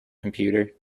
computer